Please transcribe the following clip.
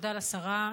תודה לשרה.